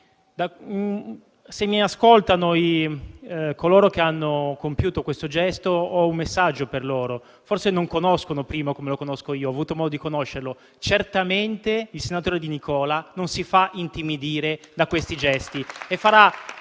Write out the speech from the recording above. Se mi ascoltano coloro che hanno compiuto questo gesto, ho un messaggio per loro: forse non conoscono Primo come lo conosco io, poiché ho avuto modo di conoscerlo, ma certamente il senatore Di Nicola non si fa intimidire da questi gesti